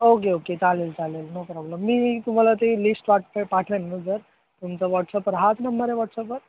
okay okay चालेल चालेल no problem मी तुम्हाला ती लिस्ट पाठ पाठवेन जर तुमचा व्हॉट्सअपवर हाच नंबर आहे व्हॉट्सअपवर